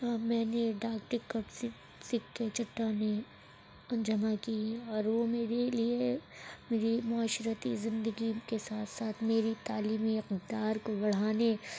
میں نے ڈاک ٹکٹ سے سکے چٹانیں جمع کی ہے اور وہ میرے لیے میری معاشرتی زندگی کے ساتھ ساتھ میری تعلیمی خوددار کو بڑھانے